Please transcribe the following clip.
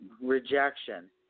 rejection